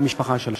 במשפחה שלהם.